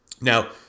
Now